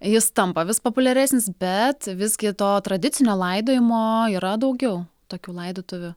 jis tampa vis populiaresnis bet visgi to tradicinio laidojimo yra daugiau tokių laidotuvių